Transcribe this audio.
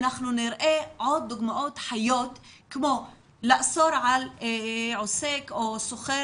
אנחנו נראה עוד דוגמאות חיות כמו לאסור על עוסק או סוחר